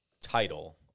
title –